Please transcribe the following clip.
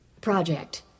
project